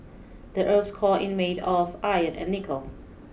the earth's core in made of iron and nickel